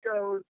goes